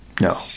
No